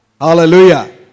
Hallelujah